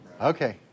okay